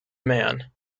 man